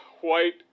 white